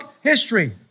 history